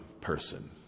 person